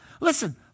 Listen